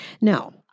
Now